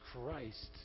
Christ